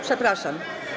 Przepraszam.